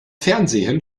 fernsehen